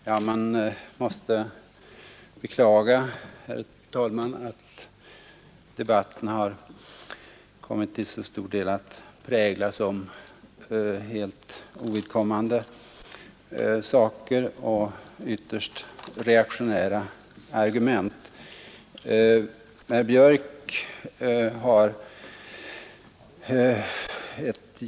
Herr talman! Man måste beklaga att debatten har kommit att till så stor del präglas av helt ovidkommande saker och delvis av ytterst reaktionära argument.